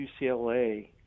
UCLA